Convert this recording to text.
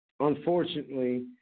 Unfortunately